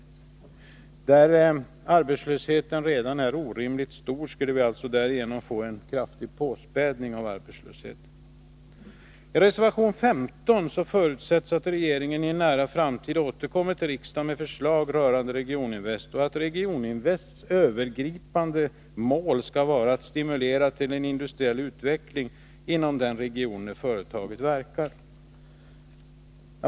I kommuner där arbetslösheten redan är orimligt stor skulle vi därigenom få en kraftig påspädning av arbetslösheten. I reservationen 15 förutsättes att regeringen i en nära framtid återkommer till riksdagen med förslag rörande Regioninvest och att Regioninvests övergripande mål skall vara att stimulera till en industriell utveckling inom den region där företaget är verksamt.